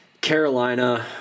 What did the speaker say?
Carolina